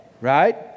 right